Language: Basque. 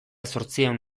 zortziehun